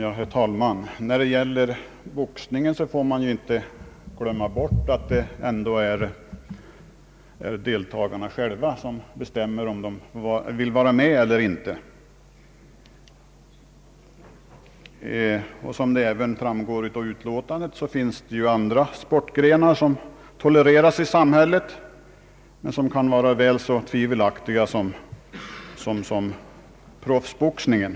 Herr talman! När det gäller boxningen får man inte glömma bort att det ändå är deltagarna själva som bestämmer om de vill vara med eller inte. Som framgår av utskottsutlåtandet finns det andra sportgrenar som tolereras i samhället men som kan vara väl så tvivelaktiga som proffsboxningen.